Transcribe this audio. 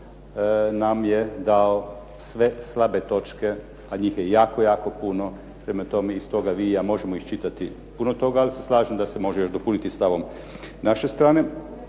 nam je dao sve slabe točke, a njih je jako, jako puno, prema tome iz toga vi i ja možemo iščitati puno toga, ali se slažem da se može dopuniti stavom naše strane.